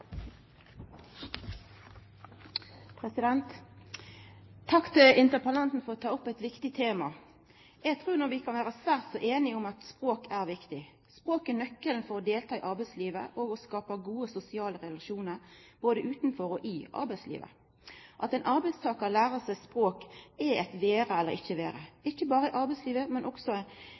ting. Takk til interpellanten for at han tek opp eit viktig tema. Eg trur nok at vi kan vera svært så einige om at språk er viktig. Språk er «nøkkelen» for å delta i arbeidslivet og for å skapa gode sosiale relasjonar både utanfor og i arbeidslivet. At ein arbeidstakar lærer seg språk, er eit vera eller ikkje vera, ikkje berre i arbeidslivet, men også